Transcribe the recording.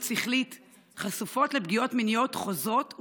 שכלית חשופות לפגיעות מיניות חוזרות,